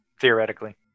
theoretically